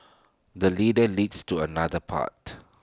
the leader leads to another path